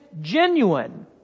genuine